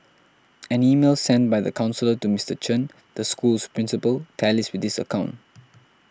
an email sent by the counsellor to Mister Chen the school's principal tallies with this account